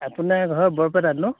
আপোনাৰ ঘৰ বৰপেটাত ন